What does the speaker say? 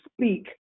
speak